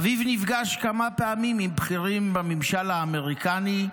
אביו נפגש כמה פעמים עם בכירים בממשל האמריקני,